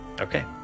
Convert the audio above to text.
Okay